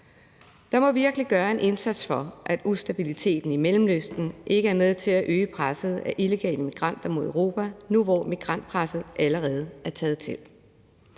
Der må virkelig gøres en indsats for, at ustabiliteten i Mellemøsten ikke er med til at øge presset af illegale migranter mod Europa nu, hvor migrantpresset allerede er taget til.